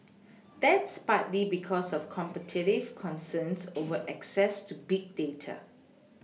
that's partly because of competitive concerns over access to big data